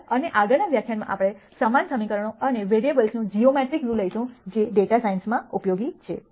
આભાર અને આગળના વ્યાખ્યાનમાં આપણે સમાન સમીકરણો અને વેરીએબલ્સનો જીઓમેટ્રિક વ્યૂ લઈશું જે ડેટા સાયન્સમાં ઉપયોગી છે